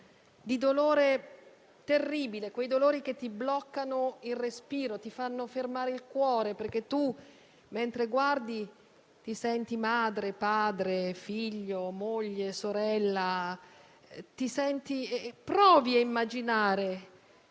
di dolore terribile, di quei dolori che bloccano il respiro e fanno fermare il cuore, perché, mentre si guarda, ci si sente madre, padre, figlio, moglie e sorella, si prova a immaginare